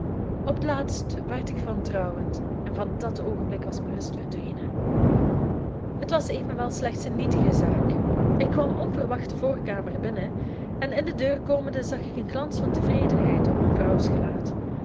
op t laatst werd ik wantrouwend en van dat oogenblik was mijn rust verdwenen het was evenwel slechts een nietige zaak ik kwam onverwacht de voorkamer binnen en in de deur komende zag ik een glans van tevredenheid op mijn vrouws gelaat